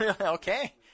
Okay